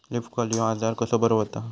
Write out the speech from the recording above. Leaf curl ह्यो आजार कसो बरो व्हता?